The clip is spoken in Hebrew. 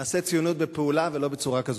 נעשה ציונות בפעולה ולא בצורה כזו.